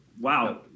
wow